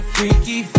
Freaky